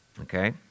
Okay